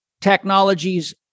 technologies